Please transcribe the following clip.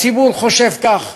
הציבור חושב כך,